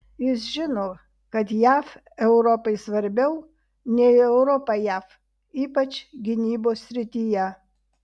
jis žino kad jav europai svarbiau nei europa jav ypač gynybos srityje